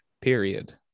period